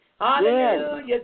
Hallelujah